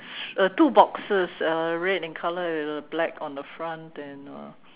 uh two boxes uh red in color uh black on the front and uh